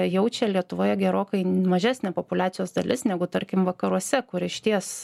jaučia lietuvoje gerokai mažesnė populiacijos dalis negu tarkim vakaruose kur išties